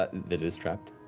ah it is trapped.